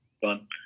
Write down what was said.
fun